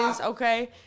okay